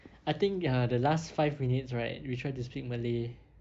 I think ya the last five minutes right we try to speak malay